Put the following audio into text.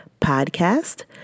podcast